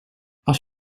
als